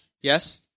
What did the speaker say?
Yes